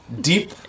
Deep